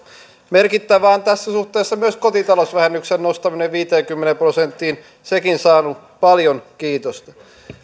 merkittävää on tässä suhteessa myös kotitalousvähennyksen nostaminen viiteenkymmeneen prosenttiin sekin on saanut paljon kiitosta